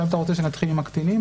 אתה רוצה שנתחיל עם הקטינים?